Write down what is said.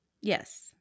yes